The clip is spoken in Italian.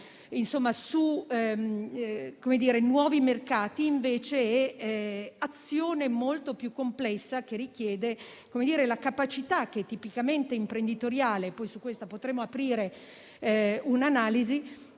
su nuovi mercati, è, invece, azione molto più complessa che richiede la capacità tipicamente imprenditoriale - su questo potremmo aprire una